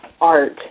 art